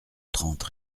trente